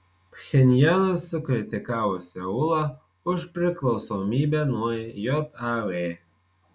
pchenjanas sukritikavo seulą už priklausomybę nuo jav